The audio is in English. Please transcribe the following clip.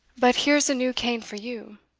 but here's a new cane for you.